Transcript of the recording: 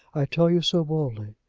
i tell you so boldly.